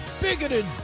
bigoted